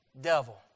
devil